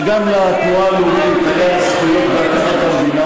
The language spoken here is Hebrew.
שגם לתנועה הלאומית היו זכויות בהקמת המדינה,